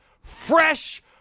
fresh